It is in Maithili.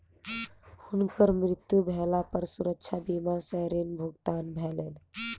हुनकर मृत्यु भेला पर सुरक्षा बीमा सॅ ऋण भुगतान भेलैन